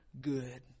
good